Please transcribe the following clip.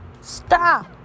stop